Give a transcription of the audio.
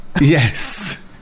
yes